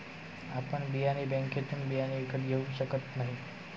आपण बियाणे बँकेतून बियाणे विकत घेऊ शकत नाही